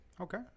Okay